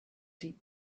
deep